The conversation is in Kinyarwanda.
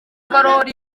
karoli